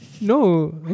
No